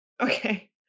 Okay